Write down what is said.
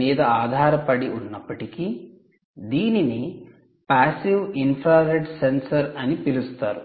మీద ఆధారపడి ఉన్నప్పటికీ దీనిని 'passive infrared sensor 'Passive infrared sensor" అని పిలుస్తారు